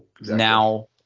now